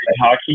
hockey